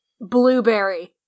Blueberry